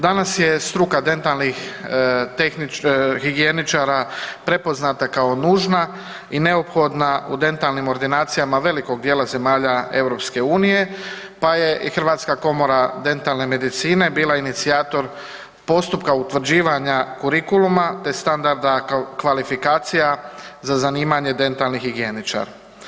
Danas je struka dentalnih higijeničara prepoznata kao nužna i neophodna u dentalnim ordinacijama velikog djela zemalja EU-a pa je i Hrvatska komora dentalne medicine bila inicijator postupka utvrđivanja kurikuluma te standarda kao kvalifikacija za zanimanje dentalni higijeničar.